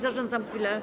Zarządzam chwilę